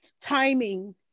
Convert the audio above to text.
timing